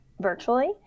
virtually